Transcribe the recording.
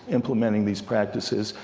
implementing these practices,